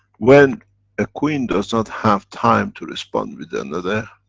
when a queen does not have time to respond with another.